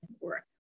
work